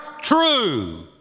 true